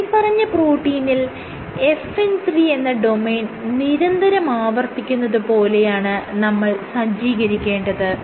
മേല്പറഞ്ഞ പ്രോട്ടീനിൽ FN 3 എന്ന ഡൊമെയ്ൻ നിരന്തരം ആവർത്തിക്കുന്നത് പോലെയാണ് നമ്മൾ സജ്ജീകരിക്കേണ്ടത്